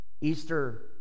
Easter